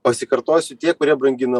pasikartosiu tie kurie brangina